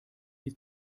die